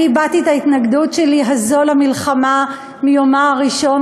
אני הבעתי את ההתנגדות הזאת שלי למלחמה מיומה הראשון,